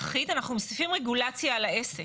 האחיד אנחנו מוסיפים רגולציה על העסק.